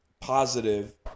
Positive